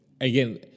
again